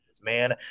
man